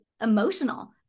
emotional